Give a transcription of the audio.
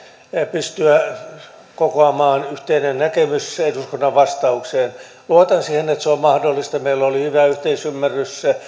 pystyä kokoamaan yhteinen näkemys eduskunnan vastaukseen luotan siihen että se on mahdollista meillä oli hyvä yhteisymmärrys